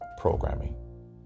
programming